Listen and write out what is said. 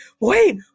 wait